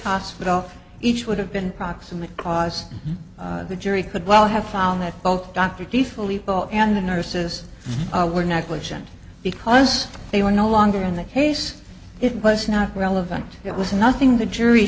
hospital each would have been proximate cause the jury could well have found that both dr di felipe and the nurses were negligent because they were no longer in that case it was not relevant it was nothing the jury